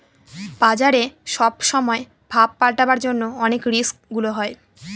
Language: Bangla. বাজারে সব সময় ভাব পাল্টাবার জন্য অনেক রিস্ক গুলা হয়